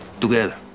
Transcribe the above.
Together